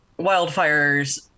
wildfires